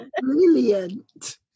Brilliant